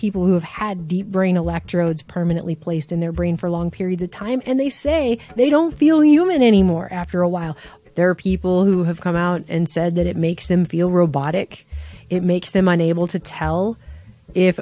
people who have had deep brain electrodes permanently placed in their brain for long periods of time and they say they don't feel human anymore after a while there are people who have come out and said that it makes them feel robotic it makes them unable to tell if